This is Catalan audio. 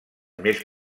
més